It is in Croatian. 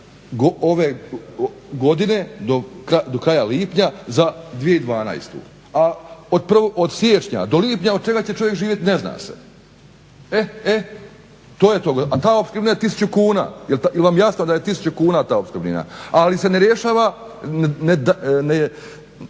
ove godine, do kraja lipnja za 2012., a od siječnja do lipnja od čega će čovjek živjeti ne zna se. E, e to je to, a ta opskrbnina je tisuću kuna. Jel vam jasno da je tisuću kuna ta opskrbnina? Ali se ne rješava, ne